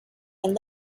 and